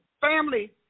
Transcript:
family